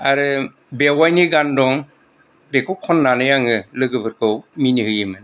आरो बेवायनि गान दं बेखौ खनानै आङो लोगोफोरखौ मिनि होयोमोन